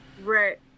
right